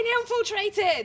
infiltrated